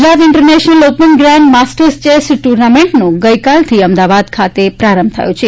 Gujarat international open grand masters chess ટૂર્નામેન્ટનો ગઈકાલથી અમદાવાદ ખાતે પ્રારંભ થયો છે